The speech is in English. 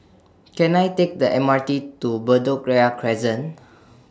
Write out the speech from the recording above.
Can I Take The M R T to Bedok Ria Crescent